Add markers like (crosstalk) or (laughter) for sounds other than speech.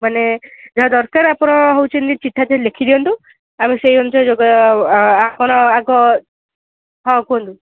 ମାନେ ଯାହା ଦରକାର ଆପଣ ହେଉଛନ୍ତି ଚିଠା (unintelligible) ଲେଖି ଦିଅନ୍ତୁ ଆମେ ସେଇ ଅନୁସାରେ ଯୋଗ ଆପଣ ଆଗ ହଁ କୁହନ୍ତୁ